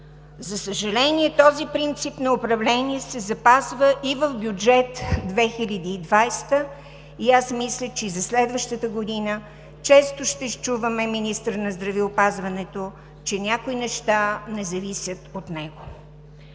За съжаление, този принцип на управление се запазва и в бюджет 2020 и аз мисля, че и следващата година често ще чуваме от министъра на здравеопазването, че някои неща не зависят от него.